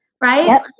Right